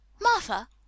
Martha